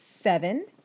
seven